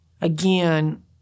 Again